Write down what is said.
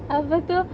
apa tu